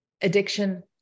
addiction